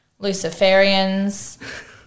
Luciferians